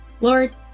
Lord